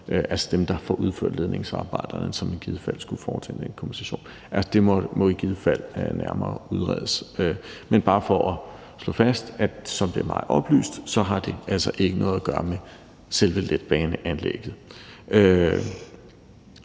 altså dem, der får udført ledningsarbejderne, som i givet fald skulle foretage den kompensation. Det må i givet fald nærmere udredes. Men det er bare for at slå fast, at som det er mig oplyst, har det altså ikke noget at gøre med selve letbaneanlægget,